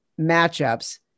matchups